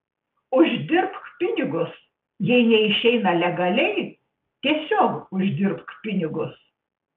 uždirbk pinigus jei neišeina legaliai tiesiog uždirbk pinigus